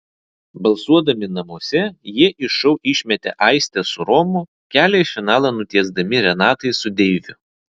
balsuodami namuose jie iš šou išmetė aistę su romu kelią į finalą nutiesdami renatai su deiviu